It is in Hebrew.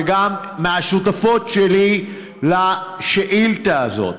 וגם מהשותפות שלי להצעה הזאת,